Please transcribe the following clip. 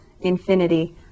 infinity